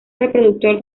reproductor